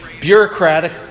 bureaucratic